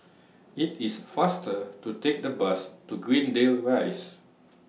IT IS faster to Take The Bus to Greendale Rise